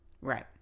Right